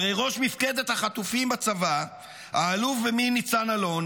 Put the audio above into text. הרי ראש מפקדת החטופים בצבא אלוף במיל' ניצן אלון